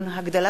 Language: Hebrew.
פסיבי),